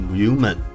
human